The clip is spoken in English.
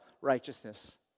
righteousness